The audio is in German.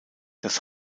das